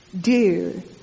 dear